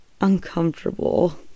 uncomfortable